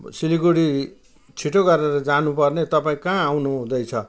सिलगडी छिटो गरेर जानु पर्ने तपाईँ कहाँ आउनुहुँदैछ